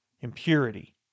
impurity